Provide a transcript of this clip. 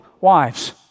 wives